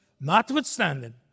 Notwithstanding